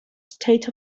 state